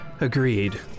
Agreed